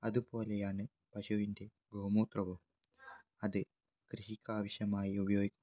അതുപോലെയാണ് പശുവിൻ്റെ ഗോമൂത്രവും അത് കൃഷിക്കാവശ്യമായി ഉപയോഗിക്കുന്നു